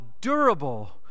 durable